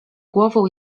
głową